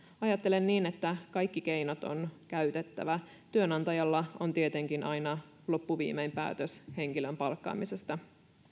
ajattelen niin että kaikki keinot on käytettävä työnantajalla on tietenkin aina loppuviimein päätös henkilön palkkaamisesta